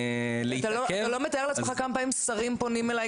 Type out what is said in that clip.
אתה לא מתאר לעצמך כמה פעמים שרים פונים אליי